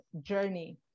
journey